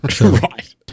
Right